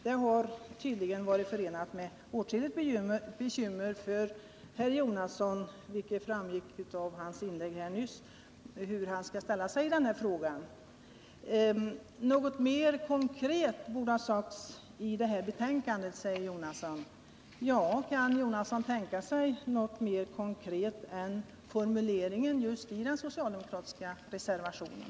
Det har tydligen varit förenat med åtskilligt bekymmer för herr Jonasson, vilket framgick av hans inlägg här nyss, att komma fram till hur han skall ställa sig i den här frågan. Något mer konkret borde ha sagts i betänkandet, säger Bertil Jonasson. Ja, kan herr Jonasson tänka sig något mer konkret än formuleringen just i den socialdemokratiska reservationen?